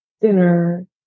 dinner